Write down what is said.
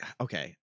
Okay